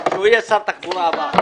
והוא יהיה שר התחבורה הבא.